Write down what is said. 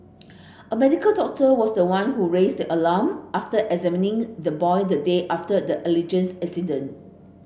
a medical doctor was the one who raised the alarm after examining the boy the day after the alleges incident